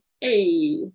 Hey